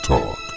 Talk